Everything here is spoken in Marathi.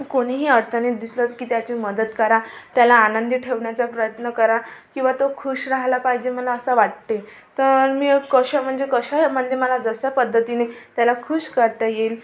कोणीही अडचणीत दिसलं की त्याची मदत करा त्याला आनंदी ठेवण्याचा प्रयत्न करा किंवा तो खूष राहायला पाहिजे मला असं वाटते तर मी कशा म्हणजे कशा म्हणजे मला जशा पद्धतीने त्याला खूष करता येईल